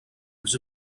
was